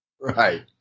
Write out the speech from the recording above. Right